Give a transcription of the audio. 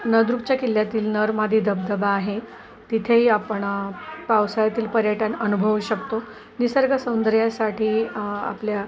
नळदुर्गच्या किल्ल्यातील नर मादी धबधबा आहे तिथेही आपण पावसाळ्यातील पर्यटन अनुभवू शकतो निसर्ग सौंदर्यासाठी आपल्या